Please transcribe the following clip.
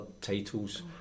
titles